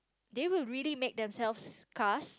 they will really make themselves scarce